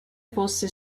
fosse